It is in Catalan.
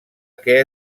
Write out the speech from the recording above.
què